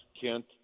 Kent